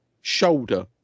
shoulder